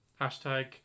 Hashtag